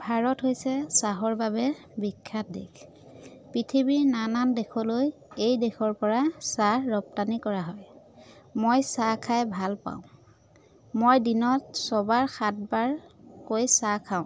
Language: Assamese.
ভাৰত হৈছে চাহৰ বাবে বিখ্যাত দেশ পৃথিৱীৰ নানান দেশলৈ এই দেশৰপৰা চাহ ৰপ্তানি কৰা হয় মই চাহ খাই ভাল পাওঁ মই দিনত ছবাৰ সাতবাৰকৈ চাহ খাওঁ